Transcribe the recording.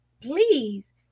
please